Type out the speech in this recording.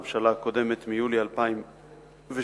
הממשלה הקודמת, מיולי 2007,